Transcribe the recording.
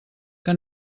que